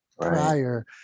prior